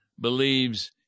believes